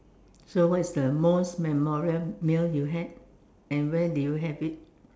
so what is most memorable meal you had and where did you have it